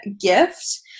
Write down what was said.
gift